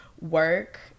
work